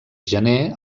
gener